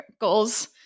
goals